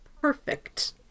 perfect